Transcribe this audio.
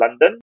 London